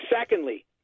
Secondly